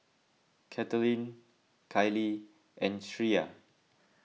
Katelyn Kylee and Shreya